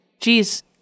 Jeez